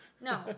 No